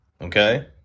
okay